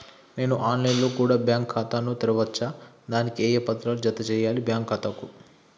నేను online లో కూడా బ్యాంకు ఖాతా ను తెరవ వచ్చా? దానికి ఏ పత్రాలను జత చేయాలి బ్యాంకు ఖాతాకు?